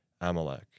Amalek